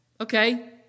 okay